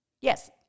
Yes